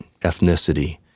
ethnicity